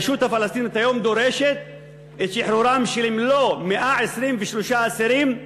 הרשות הפלסטינית היום דורשת את שחרורם של כל 123 האסירים,